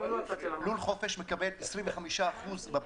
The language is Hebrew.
לול חופש מקבל בבסיס 25 אחוזים יותר.